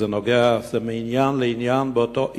שזה מעניין לעניין באותו עניין.